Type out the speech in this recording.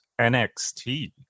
NXT